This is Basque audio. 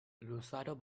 luzaro